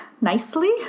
nicely